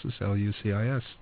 L-U-C-I-S